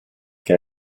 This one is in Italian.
che